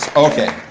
okay.